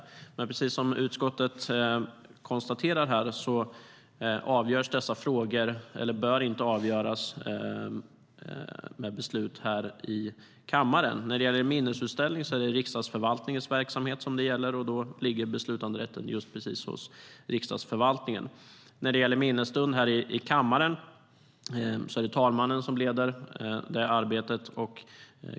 Men precis som utskottet konstaterar här bör dessa frågor inte avgöras med beslut här i kammaren. När det gäller en minnesstund här i kammaren är det talmannen som leder arbetet.